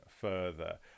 further